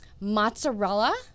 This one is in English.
mozzarella